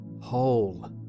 whole